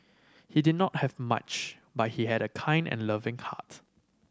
he did not have much but he had a kind and loving heart